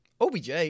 OBJ